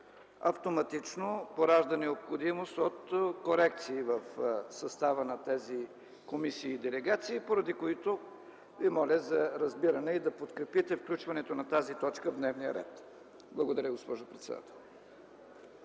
автоматично поражда необходимостта от корекции в състава на тези комисии и делегации, поради което ви моля за разбиране и да подкрепите включването на тази точка в дневния ред. Благодаря, госпожо председател.